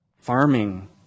Farming